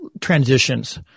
transitions